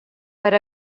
per